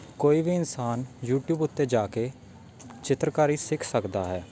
ਕੋਈ ਵੀ ਇਨਸਾਨ ਯੂਟਿਊਬ ਉੱਤੇ ਜਾ ਕੇ ਚਿੱਤਰਕਾਰੀ ਸਿੱਖ ਸਕਦਾ ਹੈ